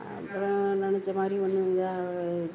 அப்புறம் நினச்ச மாதிரி ஒன்றும் இதாக